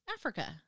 Africa